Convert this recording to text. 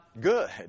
good